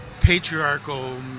patriarchal